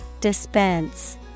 Dispense